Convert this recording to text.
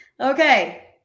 Okay